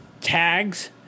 tags